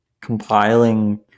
compiling